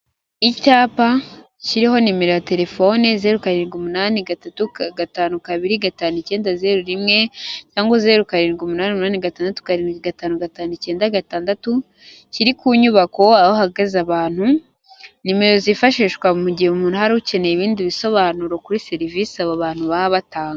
Icyapa kiriho nimero ya telefone, zeru karindwi umunani gatatu gatanu kabiri gatanu icyenda zeru rimwe, cyangwa zeru karindwi umunani umunani gatandatu karindwi gatanu gatanu icyenda gatandatu, kiri ku nyubako aho hahagaze abantu, nimero zifashishwa mu gihe umuntu hari ukeneye ibindi bisobanuro kuri service abo bantu baba batanga.